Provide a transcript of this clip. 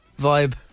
vibe